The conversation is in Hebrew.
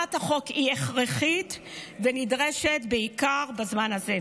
הצעת החוק היא הכרחית ונדרשת, בעיקר בזמן הזה.